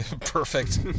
Perfect